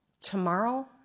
Tomorrow